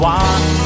one